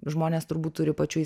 žmonės turbūt turi pačių